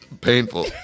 painful